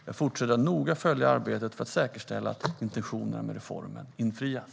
Jag fortsätter att noga följa arbetet för att säkerställa att intentionerna med reformen infrias.